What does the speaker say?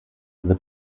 the